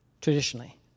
Traditionally